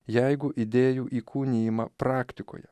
jeigu idėjų įkūnijimą praktikoje